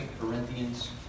Corinthians